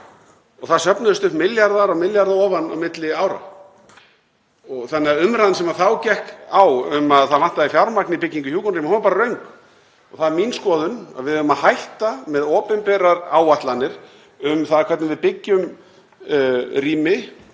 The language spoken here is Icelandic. og það söfnuðust upp milljarðar á milljarða ofan á milli ára. Þannig að umræðan sem þá gekk á um að það vantaði fjármagn í byggingu hjúkrunarrýma var bara röng. Það er mín skoðun að við eigum að hætta með opinberar áætlanir um það hvernig við byggjum rými